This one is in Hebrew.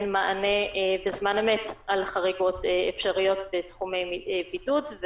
מענה בזמן אמת על חריגות אפשריות בתחומי בידוד.